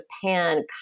Japan